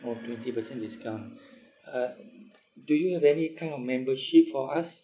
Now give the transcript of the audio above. orh twenty percent discount uh do you have any kind of membership for us